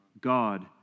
God